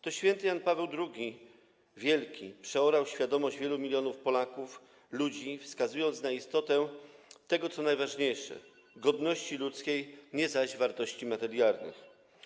To św. Jan Paweł II Wielki przeorał świadomość wielu milionów Polaków, wskazując na istotę tego, co najważniejsze: godności ludzkiej, nie zaś wartości materialnych.